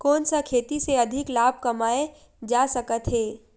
कोन सा खेती से अधिक लाभ कमाय जा सकत हे?